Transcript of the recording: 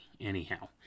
anyhow